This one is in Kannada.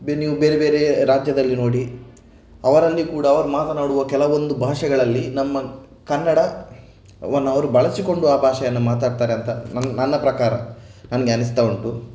ನೀವು ಬೇರೆ ಬೇರೆ ರಾಜ್ಯದಲ್ಲಿ ನೋಡಿ ಅವರಲ್ಲಿ ಕೂಡ ಅವರು ಮಾತನಾಡುವ ಕೆಲವೊಂದು ಭಾಷೆಗಳಲ್ಲಿ ನಮ್ಮ ಕನ್ನಡವನ್ನು ಅವರು ಬಳಸಿಕೊಂಡು ಆ ಭಾಷೆಯನ್ನು ಮಾತಾಡ್ತಾರಂತ ನನ್ನ ಪ್ರಕಾರ ನನಗೆ ಅನ್ನಿಸ್ತಾ ಉಂಟು